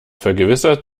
vergewissert